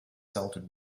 salted